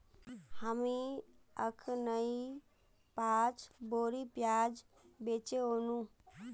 हामी अखनइ पांच बोरी प्याज बेचे व नु